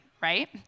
right